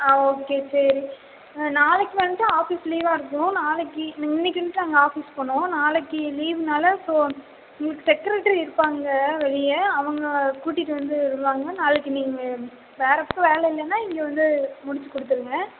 ஆ okay சரி நாளைக்கு வந்து ஆஃபீஸ் லீவாக இருக்கும் நாளைக்கு இன்னக்கு வந்துவிட்டு நாங்கள் ஆஃபீஸ் போனோம் நாளைக்கு லீவ் நால ஸோ உங்களுக்கு செக்ரெட்ரி இருப்பாங்க வெளியே அவங்க கூட்டிகிட்டு வந்து விடுவாங்க நாளைக்கு நீங்கள் வேறு பக்கம் வேலை இல்லைனா இங்கே வந்து முடிச்சு கொடுத்துருங்க